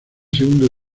segundo